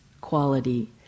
quality